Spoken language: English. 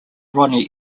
ronnie